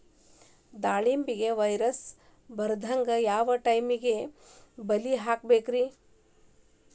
ದಾಳಿಂಬೆಗೆ ವೈರಸ್ ಬರದಂಗ ಯಾವ್ ಟೈಪ್ ಬಲಿ ಹಾಕಬೇಕ್ರಿ?